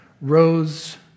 Rose